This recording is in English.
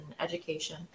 education